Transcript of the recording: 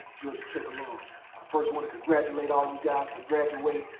georgia tech alum. i first wanna congratulate all you guys for graduating.